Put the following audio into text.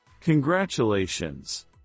Congratulations